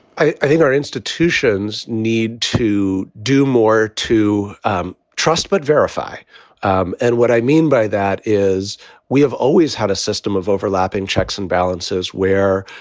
i think our institutions need to do more to um trust but verify um and what i mean by that is we have always had a system of overlapping checks and balances where